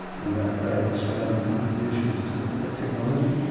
one of our great australian contributions to technology,